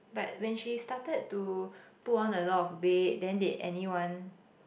but when she started to put on a lot weight then did anyone